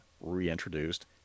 reintroduced